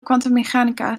kwantummechanica